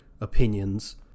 opinions